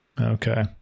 Okay